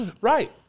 Right